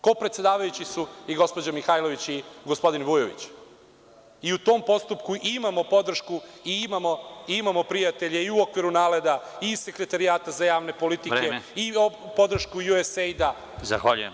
Kopredsedavajući su i gospođa Mihajlović i gospodin Vujović i u tom postupku imamo podršku i imamo prijatelje i u okviru NALEDA i Sekretarijata za javne politike i podršku USAID.